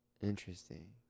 Interesting